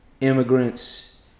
immigrants